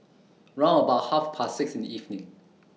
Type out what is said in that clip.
round about Half Past six in The evening